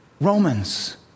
Romans